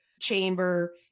chamber